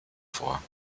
vor